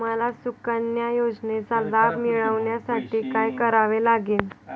मला सुकन्या योजनेचा लाभ मिळवण्यासाठी काय करावे लागेल?